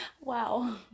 Wow